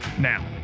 Now